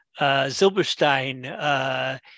Zilberstein